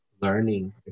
learning